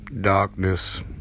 Darkness